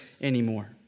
anymore